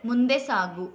ಮುಂದೆ ಸಾಗು